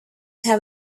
have